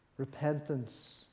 repentance